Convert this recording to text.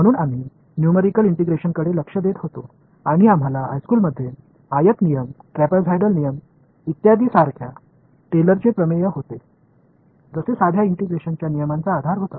म्हणून आम्ही न्यूमेरिकल इंटिग्रेशनकडे लक्ष देत होतो आणि आम्हाला हायस्कूलमध्ये आयत नियम ट्रॅपेझॉइडल नियम इत्यादि सारख्या टेलरचे प्रमेय होते जसे साध्या इंटिग्रेशनच्या नियमांचा आधार होता